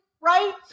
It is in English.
right